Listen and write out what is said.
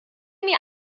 mir